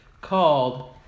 called